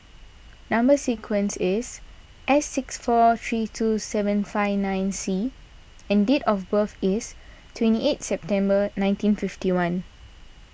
Number Sequence is S six four three two seven five nine C and date of birth is twenty eight September nineteen fifty one